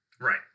Right